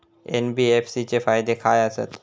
NBFC चे फायदे खाय आसत?